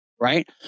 right